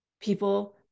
people